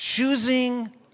Choosing